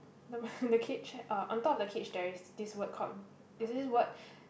the cage eh uh on top of the cage there is this word called is this word